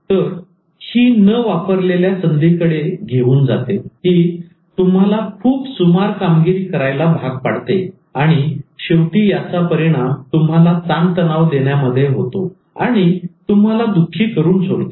तर ही न वापरलेल्या संधीकडे घेऊन जाते ही तुम्हाला खूप सुमार कामगिरी करायला भाग पडते आणि शेवटी याचा परिणाम तुम्हाला ताणतणाव देण्यामध्ये होतो आणि तुम्हाला दुःखी करुन सोडते